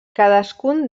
cadascun